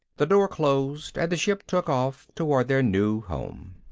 the door closed and the ship took off toward their new home.